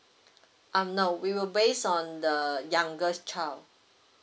um no we will based on the the youngest child